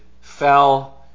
fell